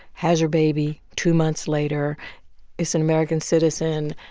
has her baby, two months later is an american citizen.